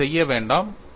அதை செய்ய வேண்டாம்